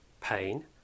pain